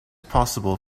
possible